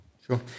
sure